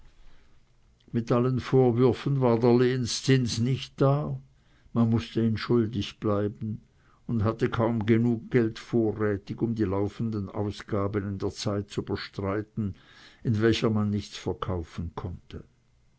mit allen vorwürfen war der lehenzins nicht da man mußte ihn schuldig bleiben und hatte kaum geld genug vorrätig um die laufenden ausgaben in der zeit zu bestreiten in welcher man nichts verkaufen konnte